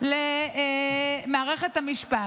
למערכת המשפט.